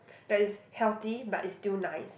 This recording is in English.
that is healthy but is still nice